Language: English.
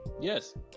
Yes